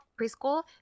preschool